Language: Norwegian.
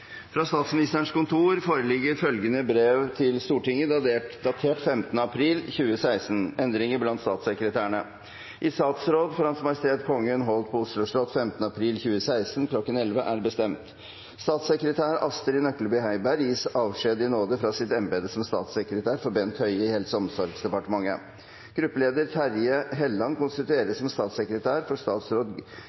Fra Statsministerens kontor foreligger det følgende brev til Stortinget, datert 15. april 2016: «Endringer blant statssekretærene I statsråd for H.M. Kongen holdt på Oslo slott 15. april 2016 kl. 1100 er bestemt: Statssekretær Astrid Nøklebye Heiberg gis avskjed i nåde fra sitt embete som statssekretær for statsråd Bent Høie i Helse- og omsorgsdepartementet. Gruppeleder Terje Halleland konstitueres som statssekretær for statsråd